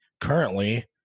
currently